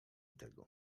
tego